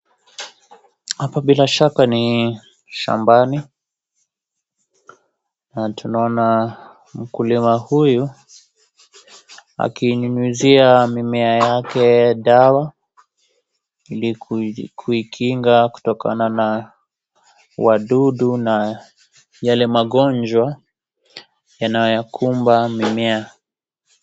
Hapa bila shaka ni shambani na tunaona mkulima huyu akinyunyizia mimea yake dawa ili kuikinga kutokana na wadudu na yale magonjwa yanayoyakumba mimea.